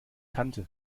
kannte